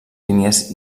línies